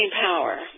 power